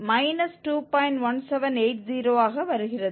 1780 ஆக வருகிறது